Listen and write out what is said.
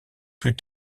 plus